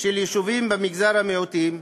של יישובים במגזרי המיעוטים,